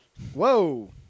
Whoa